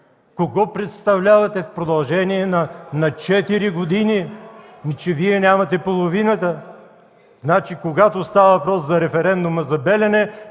Кого представлявате в продължение на четири години? Вие нямате половината. Когато става въпрос за референдума за „Белене”,